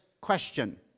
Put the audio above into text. question